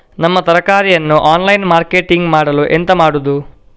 ನಮ್ಮ ತರಕಾರಿಯನ್ನು online marketing ಮಾಡಲು ಎಂತ ಮಾಡುದು?